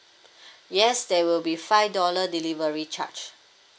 yes there will be five dollar delivery charge